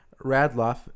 Radloff